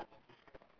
ya